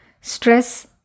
Stress